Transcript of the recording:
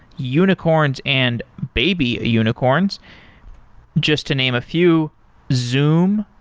unicorns and baby unicorns just to name a few zoom,